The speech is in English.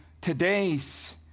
today's